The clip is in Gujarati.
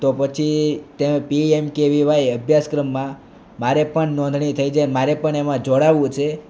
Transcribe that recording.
તો પછી ત્યાં પીએમ્કેવીવાય અભ્યાસક્રમમાં મારે પણ નોંધણી થઇ જાય મારે પણ એમાં જોડાવવું છે